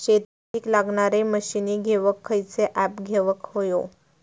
शेतीक लागणारे मशीनी घेवक खयचो ऍप घेवक होयो?